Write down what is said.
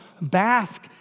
bask